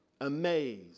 amazed